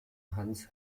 hans